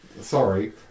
Sorry